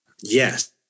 Yes